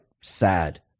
sad